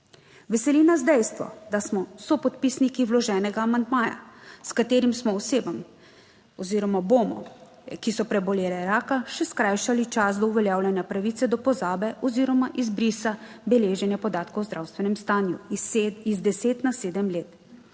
Veseli nas dejstvo, da smo sopodpisniki vloženega amandmaja, s katerim smo osebam oziroma bomo, ki so prebolele raka še skrajšali čas do uveljavljanja pravice do pozabe oziroma izbrisa beleženja podatkov o zdravstvenem stanju iz 10 na 7 let.